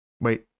wait